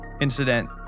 incident